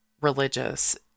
religious